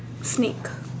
snake